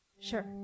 Sure